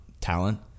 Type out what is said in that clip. talent